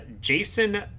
jason